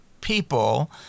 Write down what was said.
people